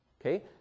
okay